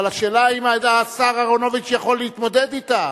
אבל השאלה אם השר אהרונוביץ יכול להתמודד אתה.